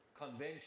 convention